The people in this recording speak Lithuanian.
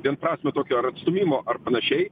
vienprasmio tokio ar atstūmimo ar panašiai